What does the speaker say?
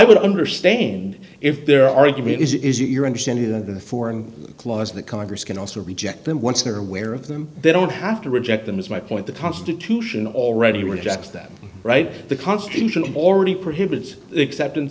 would understand if their argument is it is your understanding of the foreign clause that congress can also reject them once they are aware of them they don't have to reject them as my point the constitution already rejects that right the constitution already prohibits the acceptance